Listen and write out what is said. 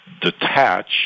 detach